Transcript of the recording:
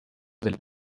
del